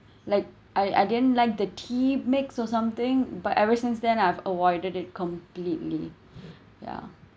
like I I didn't like the tea makes or something but ever since then I've avoided it completely ya